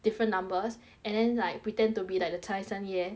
different numbers and then like pretend to be like the 财神爷